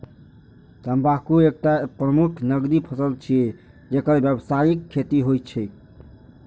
तंबाकू एकटा प्रमुख नकदी फसल छियै, जेकर व्यावसायिक खेती होइ छै